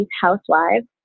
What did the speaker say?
housewives